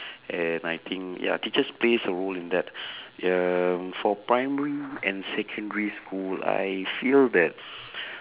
and I think ya teachers plays a role in that um for primary and secondary school I feel that